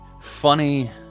funny